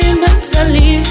mentally